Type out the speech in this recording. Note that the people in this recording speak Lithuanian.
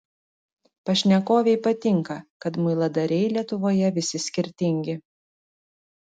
pašnekovei patinka kad muiladariai lietuvoje visi skirtingi